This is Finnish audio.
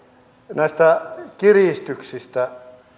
näistä kiristyksistä